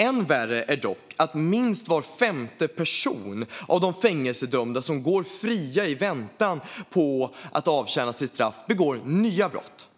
Än värre är dock att minst var femte person av de fängelsedömda som går fria i väntan på att avtjäna sitt straff begår nya brott.